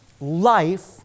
life